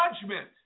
judgment